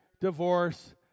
divorce